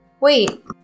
Wait